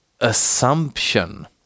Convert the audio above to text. assumption